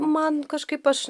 man kažkaip aš